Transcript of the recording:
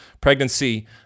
pregnancy